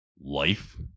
life